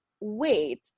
wait